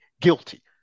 guilty